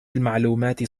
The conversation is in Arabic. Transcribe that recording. المعلومات